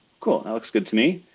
cool, that looks good to me.